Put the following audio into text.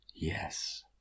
Yes